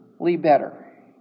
better